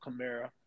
Kamara